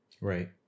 Right